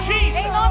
Jesus